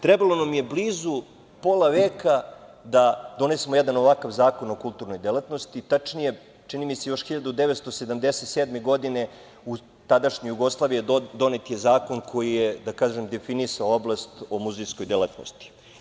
Trebalo nam je blizu pola veka da donesemo jedan ovakav zakon o kulturnoj delatnosti, tačnije, čini mi se još 1977. godine u tadašnjoj Jugoslaviji je donete zakon koji je definisao oblast o muzejskoj delatnosti.